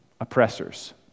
oppressors